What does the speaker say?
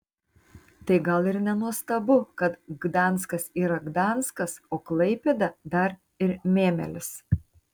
tai gal ir nenuostabu kad gdanskas yra gdanskas o klaipėda dar ir mėmelis